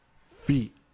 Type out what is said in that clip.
feet